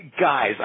guys